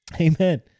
Amen